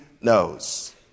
knows